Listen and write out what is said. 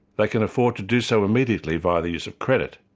they can afford to do so immediately via the use of credit.